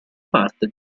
parte